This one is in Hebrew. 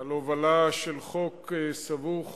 על הובלה של חוק סבוך,